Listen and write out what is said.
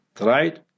Right